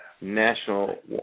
national